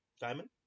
Diamond